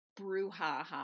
brouhaha